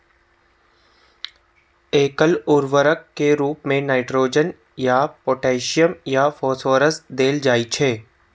एकल उर्वरक के रूप मे नाइट्रोजन या पोटेशियम या फास्फोरस देल जाइ छै